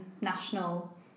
national